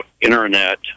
internet